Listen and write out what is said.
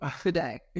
today